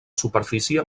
superfície